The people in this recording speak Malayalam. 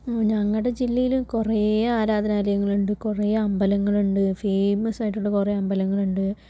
ഞങ്ങളുടെ ജില്ലയിൽ കുറേ ആരാധനാലയങ്ങൾ ഉണ്ട് കുറേ അമ്പലങ്ങൾ ഉണ്ട് ഫെയ്മസ് ആയിട്ടുള്ള കുറെ അമ്പലങ്ങൾ ഉണ്ട്